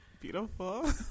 Beautiful